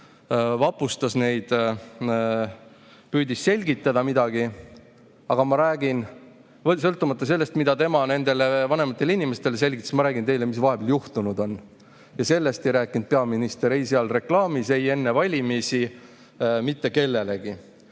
vapustas neid, püüdis selgitada midagi. Aga sõltumata sellest, mida tema nendele vanematele inimestele selgitas, ma räägin teile, mis vahepeal juhtunud on. Ja sellest ei rääkinud peaminister ei seal reklaamis ega enne valimisi mitte kellelegi.